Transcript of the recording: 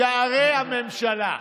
בשערי הממשלה.